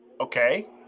okay